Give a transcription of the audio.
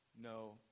no